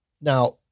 Now